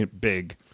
Big